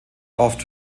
oft